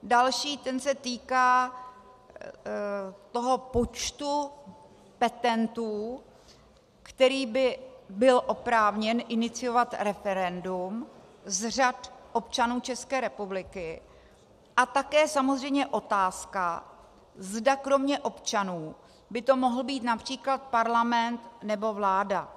Další se týká počtu petentů, který by byl oprávněn iniciovat referendum z řad občanů České republiky, a také samozřejmě otázka, zda kromě občanů by to mohl být například Parlament nebo vláda.